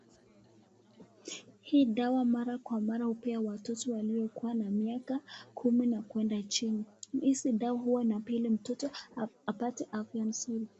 Hii dawa mara kwa mara hupewa watoto walio na miaka kumi na kwenda chini, hizi dawa huwa apate afya nzuri.